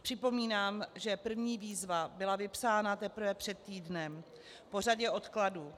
Připomínám, že první výzva byla vypsána teprve před týdnem, po řadě odkladů.